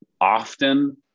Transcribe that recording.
often